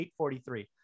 843